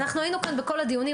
אנחנו היינו כאן בכל הדיונים,